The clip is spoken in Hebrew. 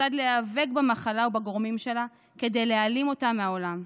כיצד להיאבק במחלה ובגורמים שלה כדי להעלים אותם מהעולם.